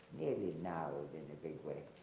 maybe now, in a big way.